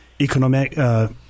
economic